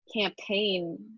campaign